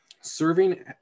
serving